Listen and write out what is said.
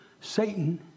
Satan